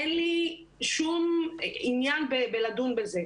אין לי שום עניין בלדון בזה.